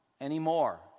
anymore